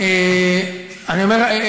מה?